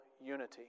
unity